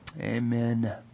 Amen